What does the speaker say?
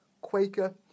Quaker